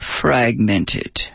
fragmented